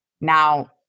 now